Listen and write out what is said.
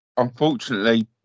Unfortunately